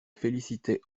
félicitait